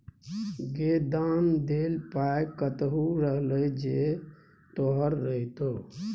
गै दान देल पाय कतहु रहलै जे तोहर रहितौ